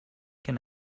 can